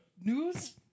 news